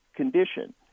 Condition